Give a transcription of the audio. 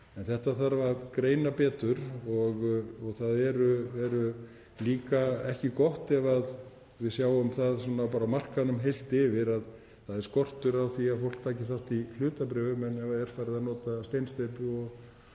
En þetta þarf að greina betur og það er líka ekki gott ef við sjáum það bara á markaðnum heilt yfir að það er skortur á því að fólk taki þátt á hlutabréfamarkaði en er farið að nota steinsteypu